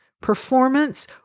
performance